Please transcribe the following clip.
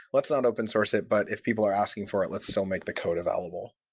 let's not open-source it, but if people are asking for it, let's still make the code available.